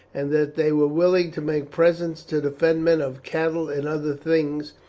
and that they were willing to make presents to the fenmen of cattle and other things,